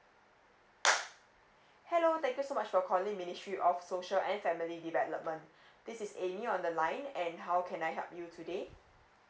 hello thank you so much for calling ministry of social and family development this is amy on the line and how can I help you today